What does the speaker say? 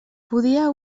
podia